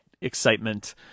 excitement